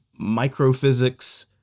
microphysics